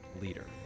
leader